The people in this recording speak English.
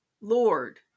Lord